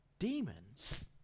demons